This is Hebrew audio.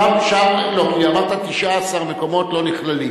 שם לא, כי אמרת, 19 מקומות לא נכללים,